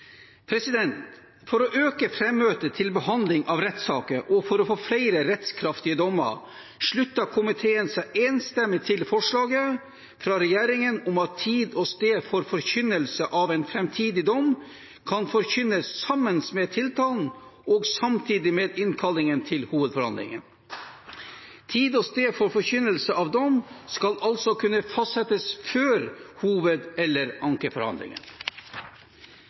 For å øke frammøtet til behandling av rettssaker, og for å få flere rettskraftige dommer, slutter komiteen seg enstemmig til forslaget fra regjeringen om at tid og sted for forkynnelse av en framtidig dom kan forkynnes sammen med tiltalen og samtidig med innkallingen til hovedforhandlingen. Tid og sted for forkynnelse av dom skal altså kunne fastsettes før hoved- eller ankeforhandlingen.